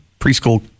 preschool